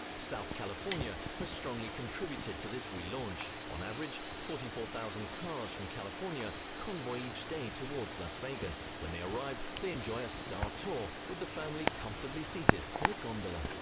south california has strongly contributed to this relaunch. on average forty four thousand cars from california convoy each day towards las vegas. when they arrive they enjoy a star tour with the family comfortably seated in a gondola.